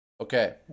Okay